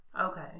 Okay